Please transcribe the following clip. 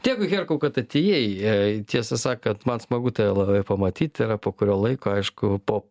dėkui herkau kad atėjai tiesą sakant man smagu tave labai pamatyt yra po kurio laiko aišku po